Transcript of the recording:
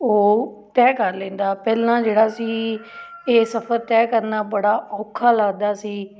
ਉਹ ਤੈਅ ਕਰ ਲੈਂਦਾ ਪਹਿਲਾਂ ਜਿਹੜਾ ਸੀ ਇਹ ਸਫ਼ਰ ਤੈਅ ਕਰਨਾ ਬੜਾ ਔਖਾ ਲੱਗਦਾ ਸੀ